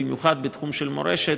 במיוחד בתחום של ירושלים,